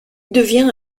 devient